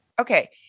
Okay